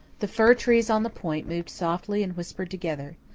the fir trees on the point moved softly and whispered together.